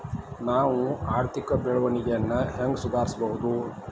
ನಾವು ಆರ್ಥಿಕ ಬೆಳವಣಿಗೆಯನ್ನ ಹೆಂಗ್ ಸುಧಾರಿಸ್ಬಹುದ್?